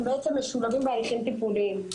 הם בעצם משולבים בהליכים טיפוליים.